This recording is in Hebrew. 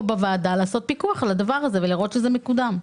בוועדה לעשות פיקוח על הדבר הזה ולראות שהוא מקודם.